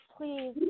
please